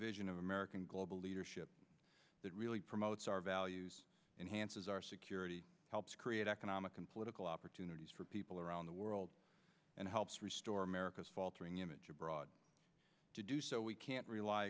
vision of american global leadership that really promotes our values enhances our security helps create economic and political opportunities for people around the world and helps restore america's faltering image abroad to do so we can't rely